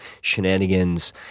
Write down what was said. shenanigans